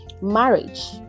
marriage